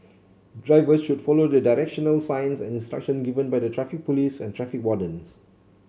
drivers should follow the directional signs and instruction given by the Traffic Police and traffic wardens